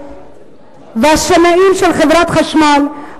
השנאים של חברת חשמל,